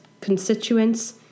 constituents